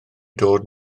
dod